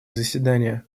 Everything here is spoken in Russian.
заседания